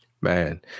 man